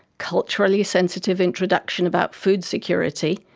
culturally sensitive introduction about food security,